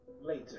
Later